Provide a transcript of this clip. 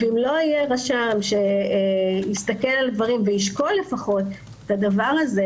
אם לא יהיה רשם שיסתכל על דברים וישקול לפחות את הדבר הזה,